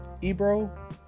Ebro